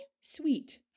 Sweet